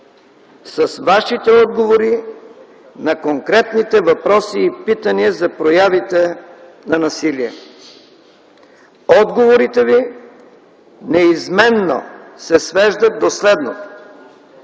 с Вашите отговори на конкретните въпроси и питания за проявите на насилие. Отговорите Ви неизменно се свеждат до следното